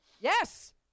Yes